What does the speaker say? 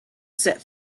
set